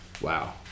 Wow